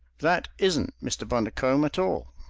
that isn't mr. bundercombe at all.